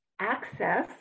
access